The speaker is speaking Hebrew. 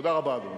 תודה רבה, אדוני.